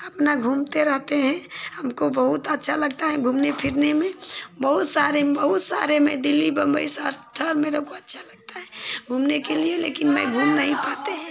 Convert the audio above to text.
अपना घूमते रहते हैं हमको बहुत अच्छा लगता है घूमने फिरने में बहुत सारे बहुत सारे मैं दिल्ली बम्बई सब सब मेरे को अच्छा लगता है घूमने के लिए लेकिन मैं घूम नहीं पाते हैं